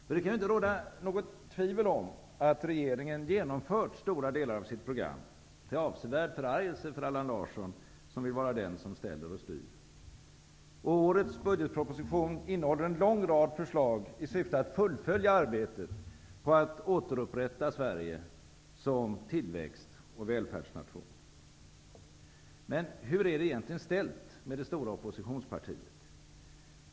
För det kan inte råda något tvivel om att regeringen genomfört stora delar av sitt program -- till avsevärd förargelse för Allan Larsson, som vill vara den som ställer och styr. Årets budgetproposition innehåller en lång rad förslag i syfte att fullfölja arbetet på att återupprätta Sverige som tillväxt och välfärdsnation. Men hur är det egentligen ställt med det stora oppositionspartiet?